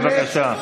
בבקשה.